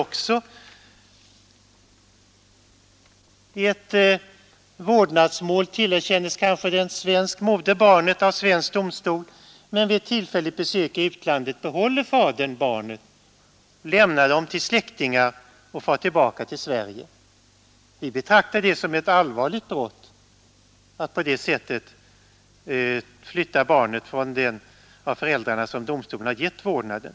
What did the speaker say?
I ett vårdnadsmål tillerkänns en svensk moder av svensk domstol vårdnaden av barnet, men vid ett tillfälligt besök i utlandet behåller fadern barnet, lämnar det till släktingar och far tillbaka till Sverige. Vi betraktar det som ett allvarligt brott att på det sättet ta barnet ifrån den av föräldrarna som domstol tillerkänt vårdnaden.